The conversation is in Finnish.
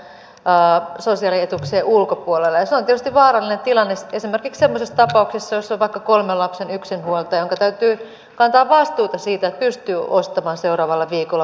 ja se on tietysti vaarallinen tilanne esimerkiksi semmoisessa tapauksessa jossa on vaikka kolmen lapsen yksinhuoltaja jonka täytyy kantaa vastuuta siitä että pystyy ostamaan seuraavalla viikolla puuroa pöytään